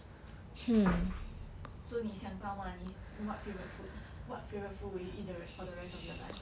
so 你想到 mah 你 what favourite food is what favourite food will you eat for the rest of your life